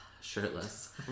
shirtless